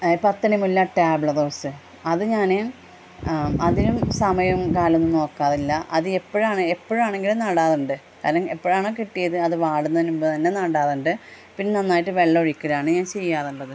പത്തണി മുല്ല table rose അത് ഞാന് അതിനും സമയം കാലമൊന്നും നോക്കാറില്ല അത് എപ്പഴാണ് എപ്പഴാണെങ്കിലും നടാറുണ്ട് കാരണം എപ്പഴാണ് കിട്ടിയത് അത് വാടുന്നതിനു മുമ്പ് തന്നെ നടാറുണ്ട് പിന്നെ നന്നായിട്ട് വെള്ളം ഒഴിക്കലാണ് ഞാൻ ചെയ്യാറുള്ളത്